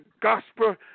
gospel